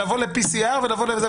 לבוא לבדיקת PCR וכולי,